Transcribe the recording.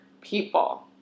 people